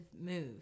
move